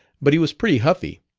but he was pretty huffy.